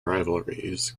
rivalries